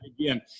again